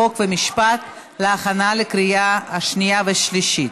חוק ומשפט להכנה לקריאה שנייה ושלישית.